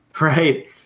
right